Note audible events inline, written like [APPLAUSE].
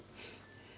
[BREATH]